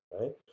right